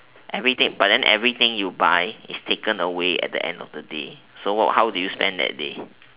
everything but then everything you buy is taken away at the end of the day so wha~ how do you spend that day